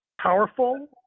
powerful